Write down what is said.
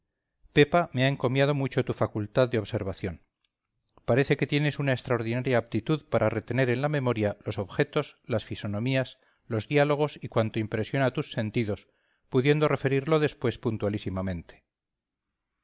pepa me ha encomiado mucho tu facultad de observación parece que tienes una extraordinaria aptitud para retener en la memoria los objetos las fisonomías los diálogos y cuanto impresiona tus sentidos pudiendo referirlo después puntualísimamente